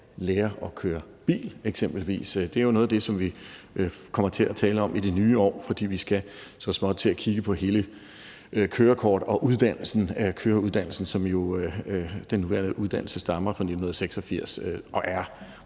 lære at køre bil. Det er jo noget af det, vi kommer til at tale om i det nye år, fordi vi så småt skal til at kigge på hele kørekortområdet og køreuddannelsen. Den nuværende uddannelse stammer fra 1986 og er,